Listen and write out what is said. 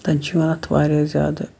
تَتہِ چھُ یِوان اتھ واریاہ زیادٕ